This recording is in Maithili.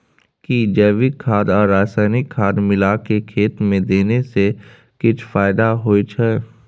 कि जैविक खाद आ रसायनिक खाद मिलाके खेत मे देने से किछ फायदा होय छै?